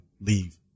leave